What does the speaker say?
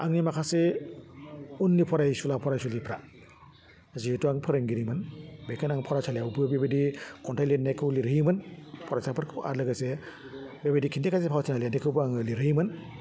आंनि माखासे उननि फरायसुला फरायसुलिफ्रा जिहेथु आं फोरोंगिरिमोन बेखायनो आं फरायसालियावबो बेबायदि खथाइ लिरनायखौ लिरहोयोमोन फरायसाफोरखौ आरो लोगोसे बेबायदि खिन्थिगासे फावथिना लिरनायखौबो आङो लिरहोयोमोन